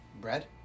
Bread